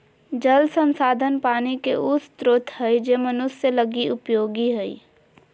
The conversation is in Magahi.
जल संसाधन पानी के उ स्रोत हइ जे मनुष्य लगी उपयोगी हइ